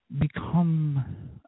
become